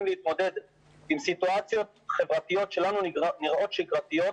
להתמודד עם סיטואציות חברתיות שלנו נראות שגרתיות